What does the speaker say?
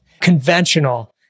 conventional